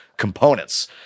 components